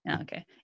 Okay